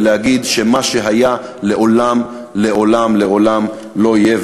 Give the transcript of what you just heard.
ולהגיד שמה שהיה לעולם לעולם לעולם לא יהיה,